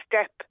step